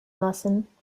lassen